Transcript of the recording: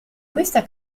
questa